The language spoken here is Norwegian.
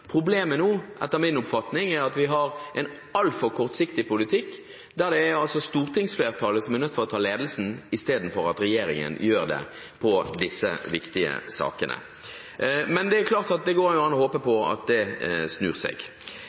Problemet nå, etter min oppfatning, er at vi har en altfor kortsiktig politikk. Det er altså stortingsflertallet som er nødt til å ta ledelsen, istedenfor at regjeringen gjør det, i disse viktige sakene. Men det går jo an å håpe på at det snur seg.